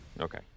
Okay